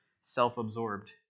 self-absorbed